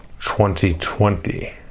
2020